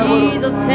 Jesus